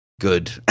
good